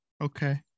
Okay